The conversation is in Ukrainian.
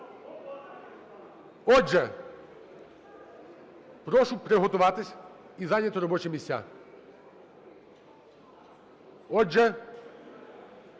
Отже, прошу приготуватися і зайняти робочі місця.